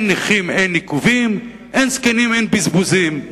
אין נכים, אין עיכובים, אין זקנים, אין בזבוזים.